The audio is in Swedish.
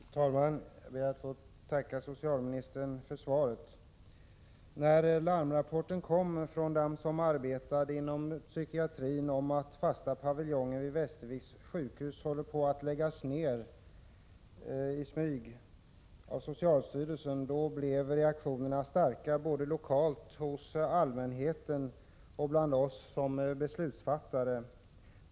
Fru talman! Jag ber att få tacka socialministern för svaret. När larmrapporten kom från dem som arbetar inom psykiatrin om att den fasta paviljongen vid Västerviks sjukhus håller på att läggas ned i smyg av socialstyrelsen, då blev reaktionerna starka, både lokalt hos allmänheten och bland oss som beslutsfattare.